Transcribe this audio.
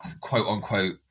quote-unquote